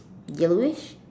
yellowish